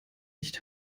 nicht